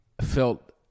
felt